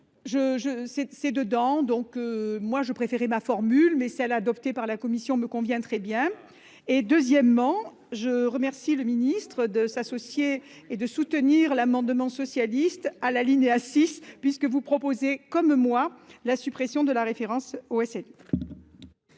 c'est dedans. Donc moi je préférais ma formule mais celle adoptée par la Commission me convient très bien. Et deuxièmement, je remercie le ministre de s'associer et de soutenir l'amendement socialiste à l'alinéa 6 puisque vous proposez comme moi, la suppression de la référence c'est.